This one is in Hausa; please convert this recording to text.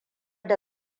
da